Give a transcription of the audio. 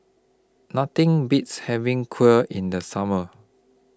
Nothing Beats having Kheer in The Summer